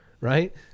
right